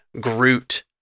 Groot